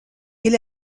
est